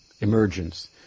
Emergence